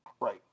Right